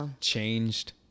changed